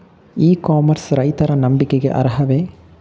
E commerce ರೈತರ ನಂಬಿಕೆಗೆ ಅರ್ಹವೇ?